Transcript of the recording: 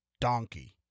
donkey